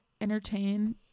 entertain